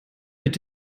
mit